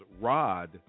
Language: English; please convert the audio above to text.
Rod